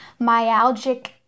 myalgic